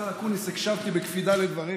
השר אקוניס, הקשבתי בקפידה לדבריך.